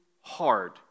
hard